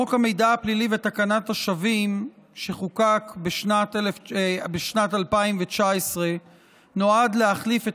חוק המידע הפלילי ותקנת השבים שחוקק בשנת 2019 נועד להחליף את